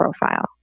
profile